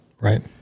Right